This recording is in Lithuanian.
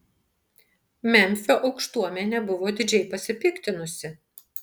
memfio aukštuomenė buvo didžiai pasipiktinusi